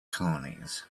colonies